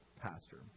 pastor